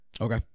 Okay